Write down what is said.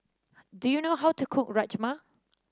do you know how to cook Rajma